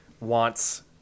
wants